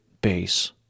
base